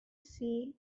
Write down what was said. sea